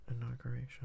Inauguration